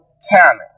talent